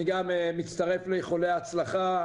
אני גם מצטרף לאיחולי ההצלחה.